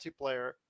multiplayer